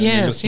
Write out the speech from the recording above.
Yes